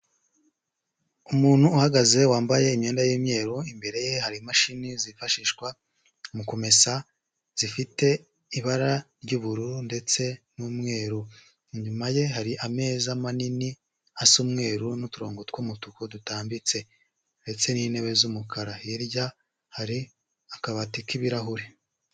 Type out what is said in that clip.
Umuntu uhagaze wambaye imyenda y'imyeru imbere ye hari imashini zifashishwa mu kumesa zifite ibara ry'ubururu ndetse n'umweru , inyuma ye hari ameza manini asa umweru n'uturongo tw'umutuku dutambitse . Ndetse n'intebe z'umukara hirya hari akabati k'ibirahure.